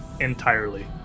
entirely